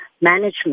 management